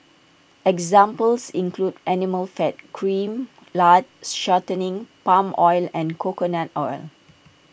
examples include animal fat cream lard shortening palm oil and coconut oil